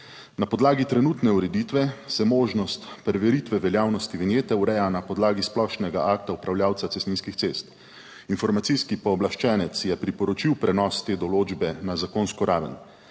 Na podlagi trenutne ureditve se možnost preveritve veljavnosti vinjete ureja na podlagi splošnega akta upravljavca cestninskih cest. Informacijski pooblaščenec je priporočil prenos te določbe na zakonsko raven.